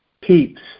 peeps